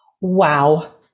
Wow